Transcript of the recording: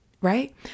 right